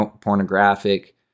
pornographic